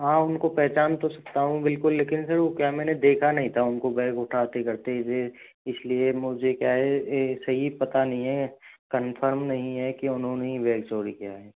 हाँ उनको पहचान तो सकता हूँ बिलकुल लेकिन सर वो क्या मैंने देखा नहीं था उनको बैग उठाते करते हुए इसलिए मुझे क्या है सही पता नहीं है कंफर्म नहीं है कि उन्होंने ही बेग चोरी किया है